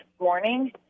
morning